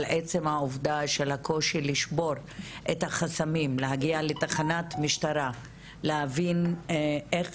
על עצם העובדה על הקושי לשבור את החסמים להגיע לתחנת משטרה להבין איך